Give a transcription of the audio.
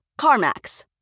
CarMax